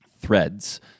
threads